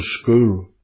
school